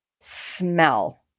smell